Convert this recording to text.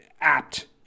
apt